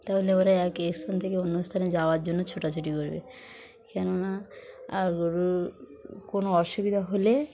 তাহলে ওরা এক স্থান থেকে অন্য স্থানে যাওয়ার জন্য ছোটাছুটি করবে কেন না আর গরুর কোনো অসুবিধা হলে